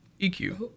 EQ